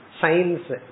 science